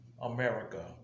America